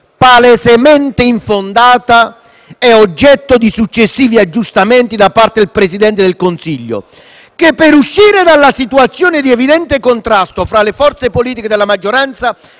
palesemente infondata e oggetto di successivi aggiustamenti da parte del Presidente del Consiglio che, per uscire dalla situazione di evidente contrasto fra le forze politiche della maggioranza,